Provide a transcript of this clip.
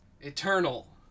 Eternal